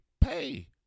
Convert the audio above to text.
pay